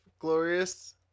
glorious